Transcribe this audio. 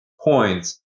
points